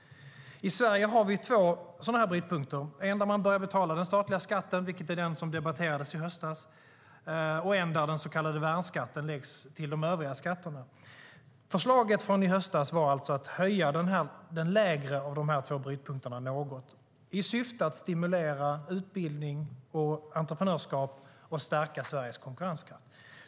I Sverige finns två brytpunkter. En där man börjar betala den statliga skatten, vilket är den som debatterades i höstas, och en där den så kallade värnskatten läggs till de övriga skatterna. Förslaget från i höstas var alltså att höja den lägre av de två brytpunkterna något i syfte att stimulera utbildning och entreprenörskap och stärka Sveriges konkurrenskraft.